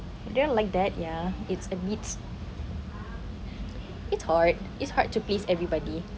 then like that ya it's a needs it's hard it's hard to please everybody